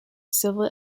civil